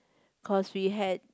cause we had